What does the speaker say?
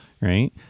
right